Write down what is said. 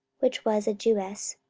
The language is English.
which was a jewess,